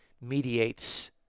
mediates